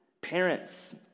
parents